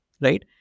right